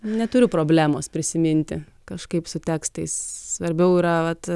neturiu problemos prisiminti kažkaip su tekstais svarbiau yra vat